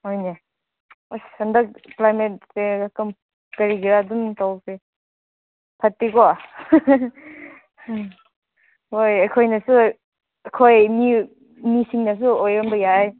ꯍꯣꯏꯅꯦ ꯑꯁ ꯍꯟꯗꯛ ꯀ꯭ꯂꯥꯏꯃꯦꯠꯁꯦ ꯀꯔꯝ ꯀꯔꯤꯒꯤꯔ ꯑꯗꯨꯝ ꯇꯧꯈ꯭ꯔꯦ ꯐꯠꯇꯦꯀꯣ ꯍꯣꯏ ꯑꯩꯈꯣꯏꯅꯁꯨ ꯑꯩꯈꯣꯏ ꯃꯤ ꯃꯤꯁꯤꯡꯅꯁꯨ ꯑꯣꯏꯔꯝꯕ ꯌꯥꯏ